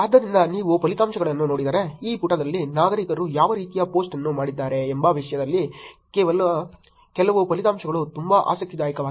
ಆದ್ದರಿಂದ ನೀವು ಫಲಿತಾಂಶಗಳನ್ನು ನೋಡಿದರೆ ಈ ಪುಟದಲ್ಲಿ ನಾಗರಿಕರು ಯಾವ ರೀತಿಯ ಪೋಸ್ಟ್ ಅನ್ನು ಮಾಡಿದ್ದಾರೆ ಎಂಬ ವಿಷಯದಲ್ಲಿ ಕೆಲವು ಫಲಿತಾಂಶಗಳು ತುಂಬಾ ಆಸಕ್ತಿದಾಯಕವಾಗಿವೆ